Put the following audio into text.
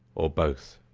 or both.